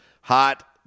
Hot